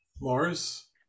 Morris